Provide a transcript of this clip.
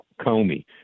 Comey